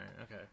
okay